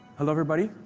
hello, everybody.